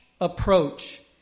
approach